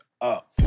up